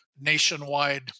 nationwide